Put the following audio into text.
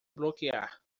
bloquear